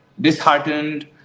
disheartened